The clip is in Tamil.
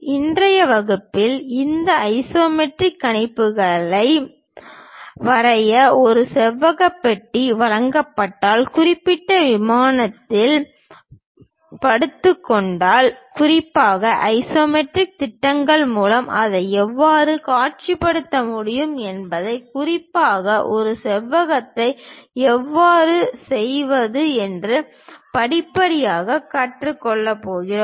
இன்றைய வகுப்பில் இந்த ஐசோமெட்ரிக் கணிப்புகளை வரைய ஒரு செவ்வக பெட்டி வழங்கப்பட்டால் குறிப்பிட்ட விமானத்தில் படுத்துக் கொண்டால் குறிப்பாக ஐசோமெட்ரிக் திட்டங்கள் மூலம் அதை எவ்வாறு காட்சிப்படுத்த முடியும் என்பதை குறிப்பாக ஒரு செவ்வகத்தை எவ்வாறு செய்வது என்று படிப்படியாக கற்றுக்கொள்ளப் போகிறோம்